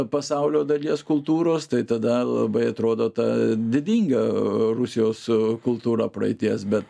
pasaulio dalies kultūros tai tada labai atrodo ta didinga rusijos kultūra praeities bet